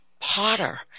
potter